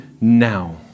now